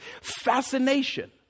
fascination